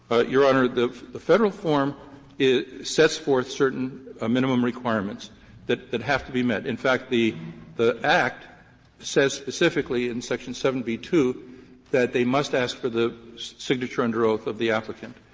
your honor, the the federal form sets forth certain ah minimum requirements that that have to be met. in fact, the the act says specifically in section seven b two that they must ask for the signature under oath of the applicant.